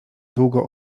długo